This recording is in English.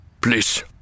please